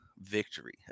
victory